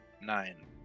nine